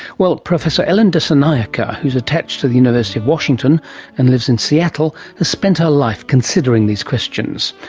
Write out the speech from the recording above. well professor ellen dissanayake who's attached to the university of washington and lives in seattle has spent her life considering these questions.